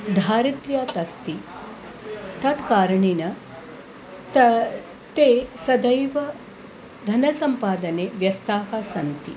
धारित्र्यात् अस्ति तत् कारणेन ते ते सदैव धनसम्पादने व्यस्थाः सन्ति